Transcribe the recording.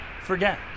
forget